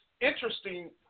interesting